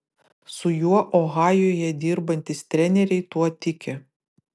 su juo ohajuje dirbantys treneriai tuo tiki